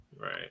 right